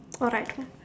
alright